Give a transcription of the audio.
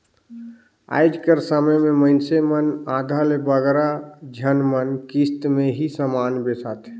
आएज कर समे में मइनसे मन आधा ले बगरा झन मन किस्त में ही समान बेसाथें